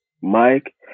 Mike